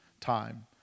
time